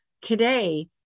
today